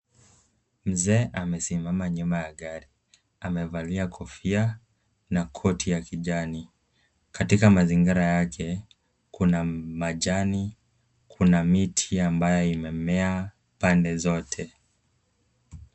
Mzee amesimama nyuma ya gari. Amevalia kofia na koti ya kijani. Katika mazingara yake, kuna majani, kuna miti ambayo imemea pande zote.